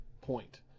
point